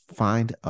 find